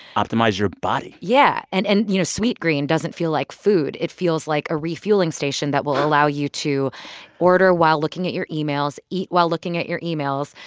optimize your body yeah, and, and you know, sweetgreen doesn't feel like food. it feels like a refueling station that will allow you to order while looking at your emails, eat while looking at your emails,